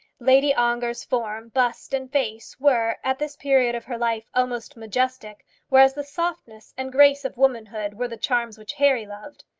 lady ongar's form, bust, and face were, at this period of her life, almost majestic whereas the softness and grace of womanhood were the charms which harry loved.